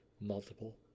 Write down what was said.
multiple